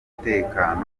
umutekano